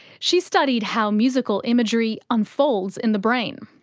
she studied how musical imagery unfolds in the brain.